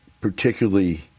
particularly